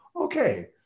Okay